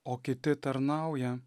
o kiti tarnauja